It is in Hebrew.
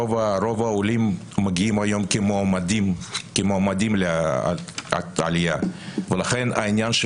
רוב העולים מגיעים היום כמועמדים לעלייה ולכן העניין של